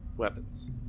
weapons